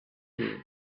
you